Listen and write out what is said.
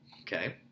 Okay